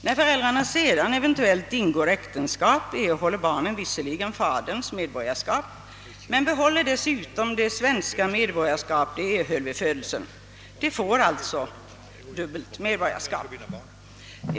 När föräldrarna sedan eventuellt ingår äktenskap erhåller barnen visserligen faderns medborgarskap, men behåller dessutom det svenska medborgarskap de erhöll vid födelsen. De får alltså dubbelt medborgarskap.